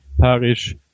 parish